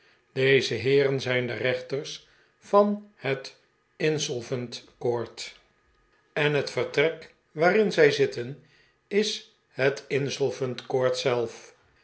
deze heeren zijn de rechters van het insolvent court en het de pickwick club vertrek waarin zij zitten is het insolventcourt zelf